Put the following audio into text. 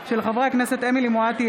של חברי הכנסת אמילי חיה מואטי,